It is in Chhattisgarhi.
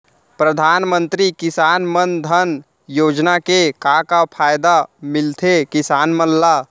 परधानमंतरी किसान मन धन योजना के का का फायदा मिलथे किसान मन ला?